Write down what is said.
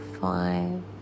Five